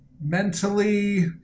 mentally